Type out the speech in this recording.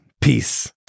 Peace